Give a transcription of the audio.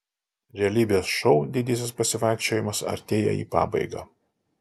realybės šou didysis pasivaikščiojimas artėja į pabaigą